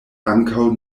ankaŭ